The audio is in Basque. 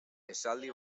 esaldi